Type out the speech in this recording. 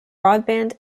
broadband